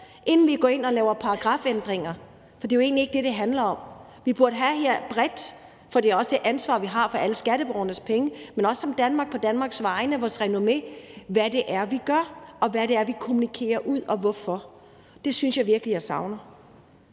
inden vi går ind og laver paragrafændringer, for det er jo egentlig ikke det, det handler om. Vi burde have – for vi har ikke kun et ansvar for alle skatteborgernes penge, men også for Danmarks renommé – en bred diskussion af, hvad det er, vi gør, og hvad det er, vi kommunikerer ud, og hvorfor. Det synes jeg virkelig jeg savner.